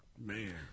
Man